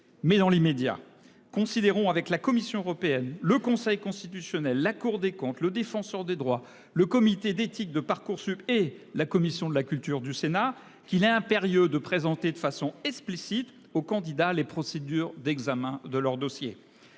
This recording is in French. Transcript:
mais dans l'immédiat. Considérons avec la Commission européenne, le Conseil constitutionnel. La Cour des comptes, le défenseur des droits, le comité d'éthique de Parcoursup et la commission de la culture du Sénat qu'il est impérieux de présenter de façon explicite au candidat les procédures d'examen de leur dossier.